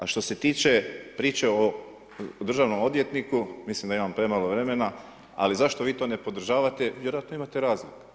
A što se tiče priče o Državnom odvjetniku, mislim da imam premalo vremena, a zašto vi to ne podržavate, vjerojatno imate razlog.